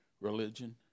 religion